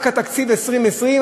רק בתקציב 2020,